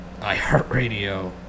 iHeartRadio